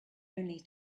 only